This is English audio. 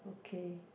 okay